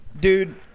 Dude